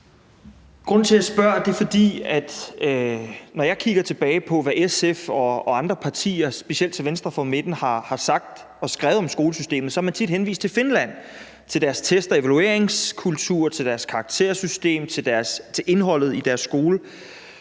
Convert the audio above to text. Grunden til, at jeg spørger, er, at når jeg kigger tilbage på, hvad SF og andre partier, specielt til venstre for midten, har sagt og skrevet om skolesystemet, så har man tit henvist til Finland, til deres test- og evalueringskultur, til deres karaktersystem og til indholdet i deres skole.